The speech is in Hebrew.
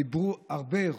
הם דיברו הרבה,